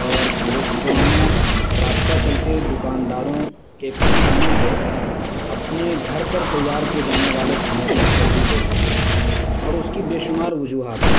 اور ریسٹورانوں اور راستہ چلتے دکانداروں کے کھانے کو اپنے گھر پر تیار کیے جانے والے کھانے پر ترجیح دیتا ہوں اور اس کی بے شمار وجوہات ہیں